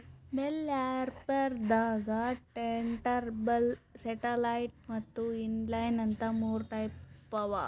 bell wrapper ದಾಗಾ turntable satellite ಮತ್ತ್ inline ಅಂತ್ ಮೂರ್ ಟೈಪ್ ಅವಾ